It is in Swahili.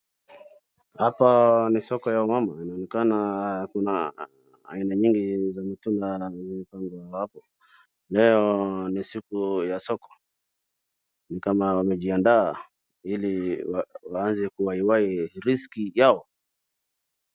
Hapa ni soko ya wamama. Inaonekana kuna aina nyingi za mitumba zimepangwa hapo. Leo ni siku ya soko ni kama wamejiandaa ili waanze kuwaiwai riziki yao.